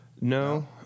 No